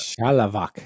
Shalavak